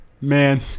Man